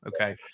okay